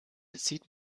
sieht